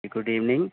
good evening